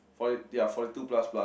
forty ya forty two plus plus